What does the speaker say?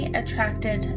attracted